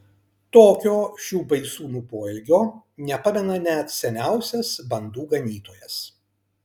tokio šių baisūnų poelgio nepamena net seniausias bandų ganytojas